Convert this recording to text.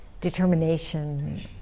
determination